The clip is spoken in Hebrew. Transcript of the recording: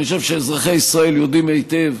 אני חושב שאזרחי ישראל יודעים היטב